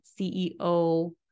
CEO